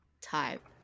type